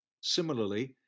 Similarly